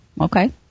okay